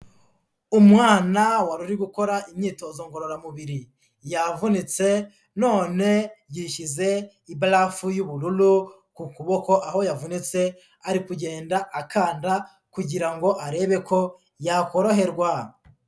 Umwana wari uri gukora imyitozo ngororamubiri, yavunitse none yishyize ibarafu y'ubururu ku kuboko aho yavunitse, ari kugenda akanda kugira ngo arebe ko yakoroherwa.